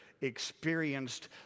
experienced